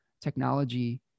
technology